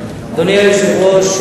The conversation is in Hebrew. אדוני היושב-ראש,